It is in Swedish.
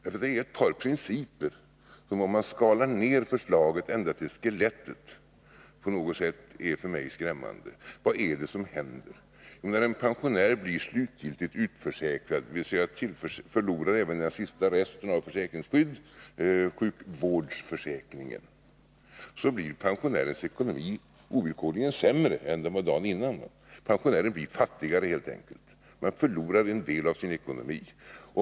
Om man skalar 2 december 1981 ned förslaget ända till skelettet finner man att det följer en skrämmande VAA det händer? Jo, nä ionär slutgiltigt blir utförsäkrad Ffferenterade ram ad är det som händer? Jo, när en pensionär slutgilti ir utförsäkrad, 5 ; dvs. förlorar även den sista resten av Sad SEE ger fe RAD en, blir pensionärens ekonomi ovillkorligen sämre än den var dessförinnan. vård Pensionären blir helt enkelt fattigare.